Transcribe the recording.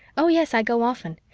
oh, yes, i go often.